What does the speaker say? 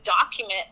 document